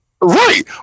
Right